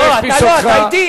לא, לא, לא, תעלה ותשיב לו.